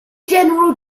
general